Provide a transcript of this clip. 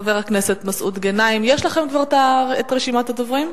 חבר הכנסת מסעוד גנאים, יש לכם כבר רשימת הדוברים?